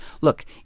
Look